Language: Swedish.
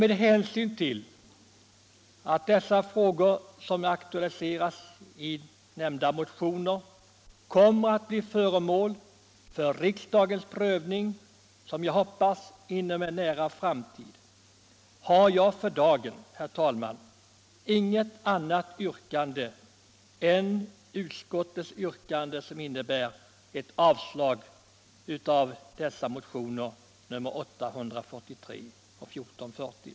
Med hänsyn till att de frågor jag aktualiserat i motionerna kommer att bli föremål för riksdagens prövning om en, som jag hoppas, nära framtid har jag för dagen inget annat yrkande än om bifall till utskottets hemställan, dvs. att motionerna avslås.